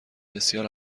بسیار